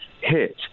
hit